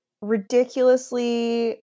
ridiculously